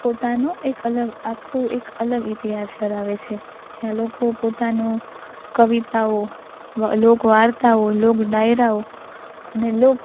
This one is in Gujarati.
પોતાનું એક અલગ આખું એક અલગ ઇતિહાસ ધરાવે છે જ્યાં લોકો પોતાનો કવિતાઓ લોક વાર્તાઓ લોક ડાયરાઓ અને લોક